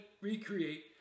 recreate